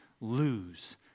lose